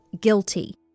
guilty